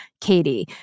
Katie